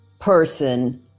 person